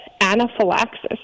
anaphylaxis